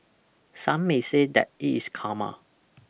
some may say that it is karma